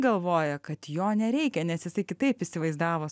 galvoja kad jo nereikia nes jisai kitaip įsivaizdavo